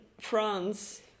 France